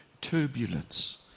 turbulence